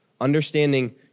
understanding